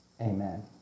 Amen